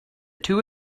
two